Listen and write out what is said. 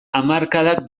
hamarkadak